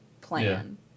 plan